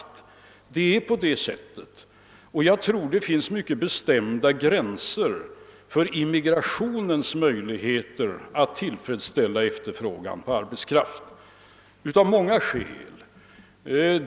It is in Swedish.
Det förhåller sig på det sättet, och jag tror att det finns mycket bestämda gränser för immigrationens möjligheter att tillfredsställa efterfrågan på arbetskraft, detta av många skäl.